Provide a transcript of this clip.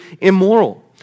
immoral